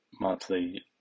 monthly